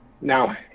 now